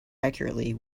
accurately